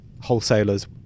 wholesalers